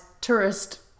tourist